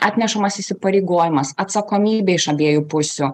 atnešamas įsipareigojimas atsakomybė iš abiejų pusių